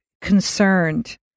concerned